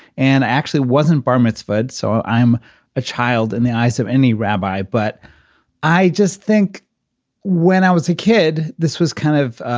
and i actually wasn't barmitzvah good. so i'm a child in the eyes of any rabbi. but i just think when i was a kid, this was kind of